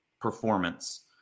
performance